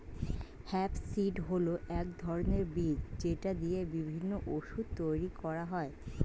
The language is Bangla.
হেম্প সীড হল এক ধরনের বীজ যেটা দিয়ে বিভিন্ন ওষুধ তৈরি করা হয়